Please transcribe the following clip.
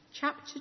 chapter